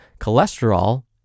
cholesterol